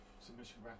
submission